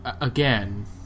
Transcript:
again